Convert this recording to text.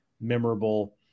memorable